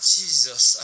Jesus